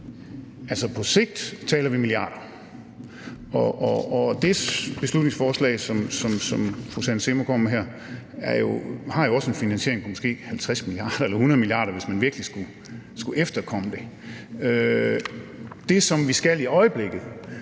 på sigt taler vi om milliarder. Og det beslutningsforslag, som fru Susanne Zimmer kommer med her, har jo også behov for en finansiering på måske 50 mia. kr. eller 100 mia. kr., hvis man virkelig skulle efterkomme det. Det, som vi skal i øjeblikket,